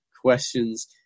questions